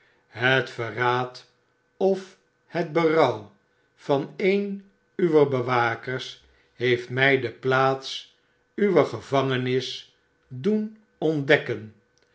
het verraad of het befouw van een uwer bewakers heeft mij de plaats uwer gevangenis doen ontdekken